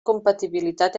compatibilitat